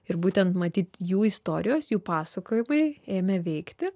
ir būtent matyt jų istorijos jų pasakojimai ėmė veikti